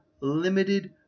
limited